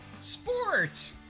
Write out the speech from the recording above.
sports